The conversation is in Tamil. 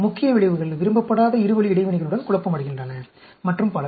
முக்கிய விளைவுகள் விரும்பப்படாத இருவழி இடைவினைகளுடன் குழப்பமடைகின்றன மற்றும் பல